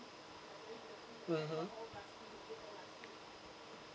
mmhmm